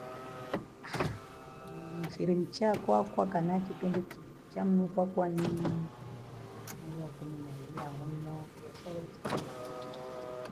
Nii mchilei cha kwakwa kana kipindi ki cha nyuku wakwa ni moro akuminaivia naniao, biashara hiki changamka kindo kichaa,